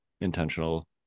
intentional